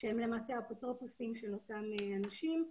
שהם למעשה אפוטרופוסים של אותם אנשים.